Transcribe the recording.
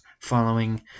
following